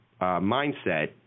mindset